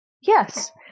Yes